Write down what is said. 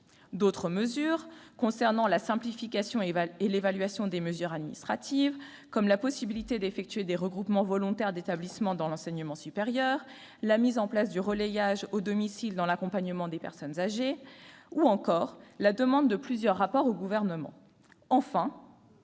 d'autres mesures concernant la simplification et l'évaluation des mesures administratives, comme la possibilité d'effectuer des regroupements volontaires d'établissements dans l'enseignement supérieur, la mise en place du « relayage » au domicile dans l'accompagnement des personnes âgées en perte d'autonomie ou encore la demande de plusieurs rapports au Gouvernement.